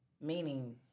meaning